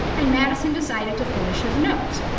and madison decided to finish his notes.